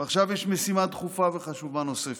ועכשיו יש משימה דחופה וחשובה נוספת,